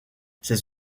ses